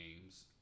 games